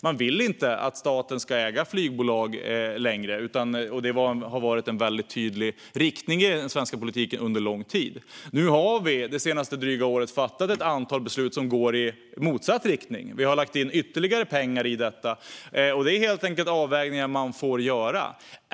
Vi vill inte att staten ska äga flygbolag längre. Det har varit en väldigt tydlig riktning i den svenska politiken under lång tid. Men under det senaste dryga året har vi fattat ett antal beslut som går i motsatt riktning. Vi har lagt in ytterligare pengar. Detta är helt enkelt avvägningen man får göra.